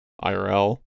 irl